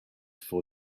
for